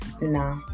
nah